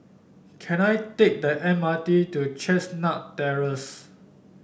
can I take the M R T to Chestnut Terrace